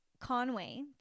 Conway